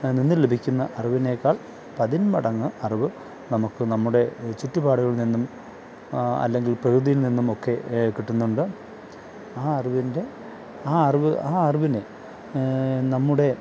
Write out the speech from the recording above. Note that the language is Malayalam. നിന്നു ലഭിക്കുന്ന അറിവിനേക്കാൾ പതിന്മടങ്ങ് അറിവ് നമുക്ക് നമ്മുടെ ചുറ്റുപാടുകളിൽ നിന്നും അല്ലെങ്കിൽ പ്രകൃതിയിൽ നിന്നും ഒക്കെ കിട്ടുന്നുണ്ട് ആ അറിവിന്റെ ആ അറിവ് ആ അറിവിന് നമ്മുടെ